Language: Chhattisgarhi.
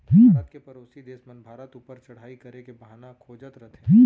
भारत के परोसी देस मन भारत ऊपर चढ़ाई करे के बहाना खोजत रथें